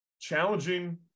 challenging